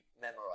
memorize